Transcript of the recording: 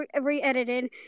re-edited